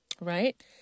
Right